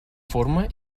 forma